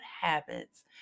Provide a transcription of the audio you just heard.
habits